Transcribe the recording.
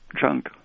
junk